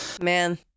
Man